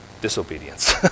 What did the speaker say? disobedience